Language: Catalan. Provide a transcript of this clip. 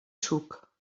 suc